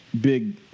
big